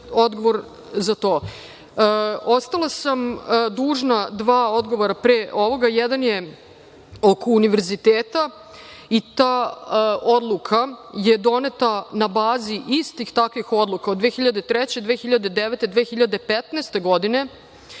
odgovor za to. Ostala sam dužna dva odgovora pre ovoga. Jedan je oko univerziteta i ta odluka je doneta na bazi istih takvih odluka o d 2003, 2009, 2015. godine.